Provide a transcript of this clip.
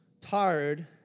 tired